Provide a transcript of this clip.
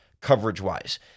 coverage-wise